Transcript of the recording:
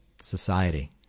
society